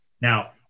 Now